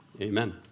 Amen